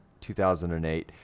2008